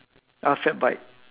ah fat bike